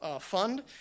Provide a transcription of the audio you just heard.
Fund